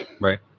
Right